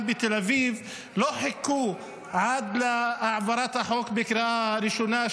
בתל אביב לא חיכו עד להעברת החוק בקריאה ראשונה,